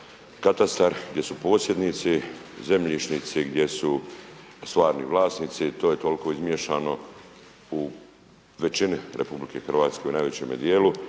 katastar gdje su posjednici zemljišnici gdje su stvarni vlasnici, to je toliko izmiješano u većini RH u najvećem dijelu